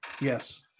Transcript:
Yes